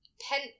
pen